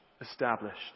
established